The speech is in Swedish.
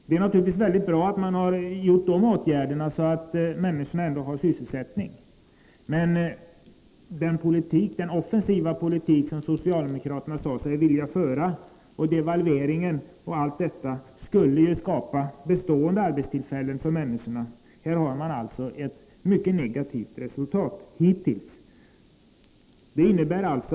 Det är naturligtvis mycket bra att man har vidtagit dessa åtgärder, så att människorna ändå har sysselsättning, men den offensiva politik som socialdemokraterna sade sig vilja föra och devalveringen och allt annat skulle ju skapa bestående arbetstillfällen för människorna. Här har vi i stället fått ett mycket negativt resultat hittills.